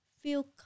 feel